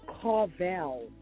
Carvel